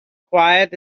quiet